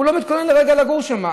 הוא לא מתכונן לרגע לגור שם.